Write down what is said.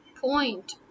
point